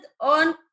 on